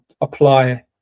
apply